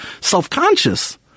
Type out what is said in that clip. self-conscious